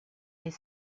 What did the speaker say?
est